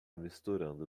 misturando